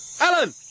Alan